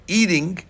eating